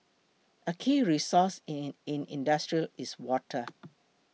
a key resource in industry is water